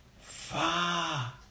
far